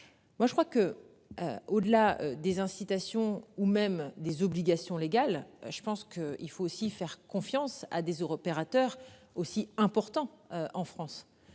Moi je crois que. Au-delà des incitations ou même des obligations légales. Je pense que il faut aussi faire confiance à des heures opérateur aussi important en France.